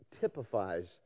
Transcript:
typifies